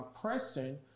pressing